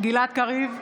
גלעד קריב,